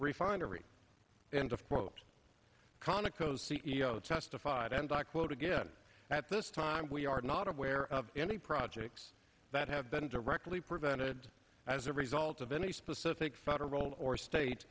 refinery end of quote conoco c e o testified and i quote again at this time we are not aware of any projects that have been directly prevented as a result of any specific federal or state